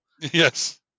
Yes